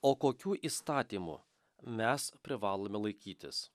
o kokių įstatymų mes privalome laikytis